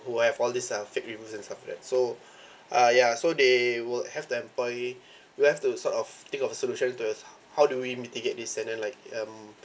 who have all these uh fake reviews and stuff like that so ah ya so they will have the employee you have to sort of think of a solution to us how do we mitigate this and then like um